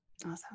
Awesome